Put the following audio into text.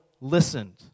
listened